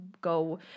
go